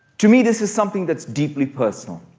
to me, this is something that's deeply personal.